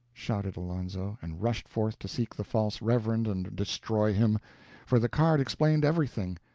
shouted alonzo, and rushed forth to seek the false reverend and destroy him for the card explained everything,